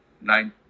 nine